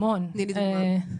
תני לי דוגמה.